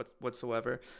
whatsoever